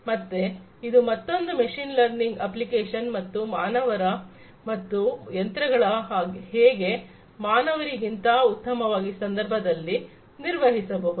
ಮತ್ತೆ ಇದು ಮತ್ತೊಂದು ಮೆಷೀನ್ ಲರ್ನಿಂಗ್ ಅಪ್ಲಿಕೇಶನ್ ಮತ್ತು ಮಾನವರು ಮತ್ತು ಯಂತ್ರಗಳು ಹೇಗೆ ಮಾನವರಿಗಿಂತ ಉತ್ತಮವಾಗಿ ಈ ಸಂದರ್ಭದಲ್ಲಿ ನಿರ್ವಹಿಸಬಹುದು